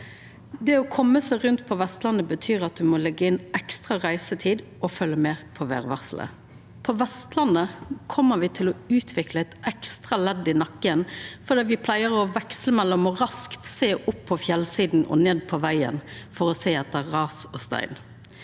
Å koma seg rundt på Vestlandet betyr at ein må leggja inn ekstra reisetid og følgja med på vêrvarselet. På Vestlandet kjem me til å utvikla eit ekstra ledd i nakken fordi me pleier å veksla mellom raskt å sjå opp på fjellsida og ned på vegen for å sjå etter ras og stein.